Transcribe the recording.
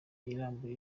irambuye